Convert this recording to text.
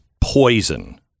poison